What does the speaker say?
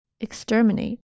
Exterminate